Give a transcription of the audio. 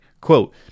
Quote